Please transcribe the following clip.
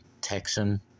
Texan